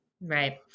right